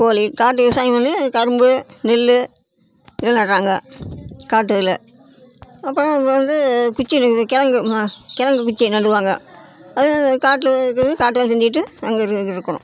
கோழி காட்டில் விவசாயம் வந்து கரும்பு நெல் நெல் நடுறாங்க காட்டில் அப்புறம் அங்கே வந்து குச்சி இருக்குது கெலங்கு மா கெழங்கு குச்சி நடுவாங்க அது காட்டில் இருக்கிறது காட்டு வேலை செஞ்சுட்டு அங்கே இரு இருக்கிறோம்